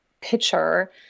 picture